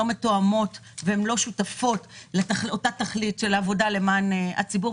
מתואמות ולא שותפות לאותה תכלית של עבודה למען הציבור,